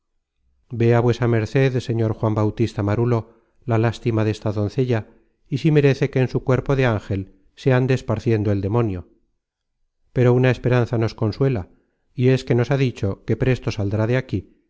vea vuesa merced señor juan bautista marulo la lástima desta doncella y si merece que en su cuerpo de ángel se ande esparciendo el demonio pero una esperanza nos consuela y es que nos ha dicho que presto saldrá de aquí